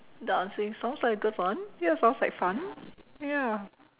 dancing sounds like a good one ya sounds like fun ya